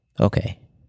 Okay